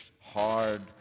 hard